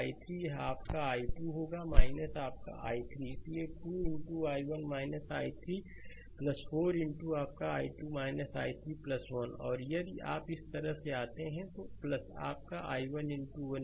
यहाँ यह आपका i2 होगा आपका i3 इसलिए 2 i1 i3 4 आपका i2 i3 1 और यदि आप इस तरह आते हैं आपका i1 1 0